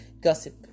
gossip